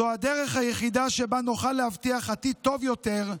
זו הדרך היחידה שבה נוכל להבטיח עתיד טוב יותר,